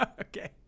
okay